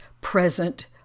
present